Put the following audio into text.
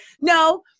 No